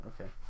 okay